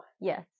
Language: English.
Yes